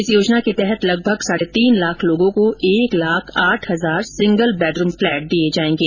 इस योजना के तहत लगभग साढ़े उ लाख लोगों को एक लाख आठ हजार सिंगल बेडरूम फ्लैट दिए जाएंगे